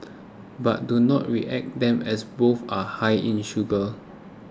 but do not react them as both are high in sugar